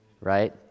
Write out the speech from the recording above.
right